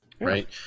Right